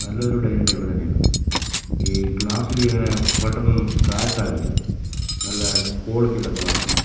നല്ലൊരു dining table തന്നെയാണ് ഈ ഗ്ലാസ്സിൽ ഇങ്ങനെ പെട്ടന്നൊന്നും സ്ക്രാച്ച് ആവില്ല നല്ല ക്വാളിറ്റിയുള്ള ഗ്ലാസ്